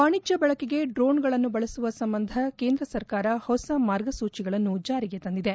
ವಾಣಿಜ್ಯ ಬಳಕೆಗೆ ಡ್ರೋನ್ಗಳನ್ನು ಬಳಸುವ ಸಂಬಂಧ ಕೇಂದ್ರ ಸರ್ಕಾರ ಹೊಸ ಮಾರ್ಗಸೂಚಿಗಳನ್ನು ಜಾರಿಗೆ ತಂದಿದೆ